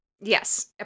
Yes